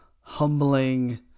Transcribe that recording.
humbling